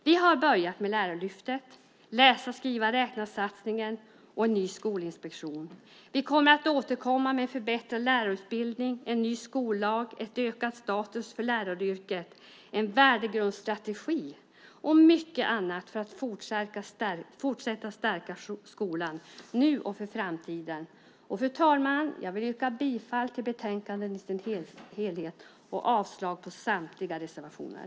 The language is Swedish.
Vi har börjat med Lärarlyftet, läsa-skriva-räkna-satsningen och en ny skolinspektion. Vi kommer att återkomma med förbättrad lärarutbildning, en ny skollag, ökad status för läraryrket, en värdegrundsstrategi och mycket annat för att fortsätta att stärka skolan nu och för framtiden. Fru talman! Jag vill yrka bifall till förslaget i betänkandet och avslag på samtliga reservationer.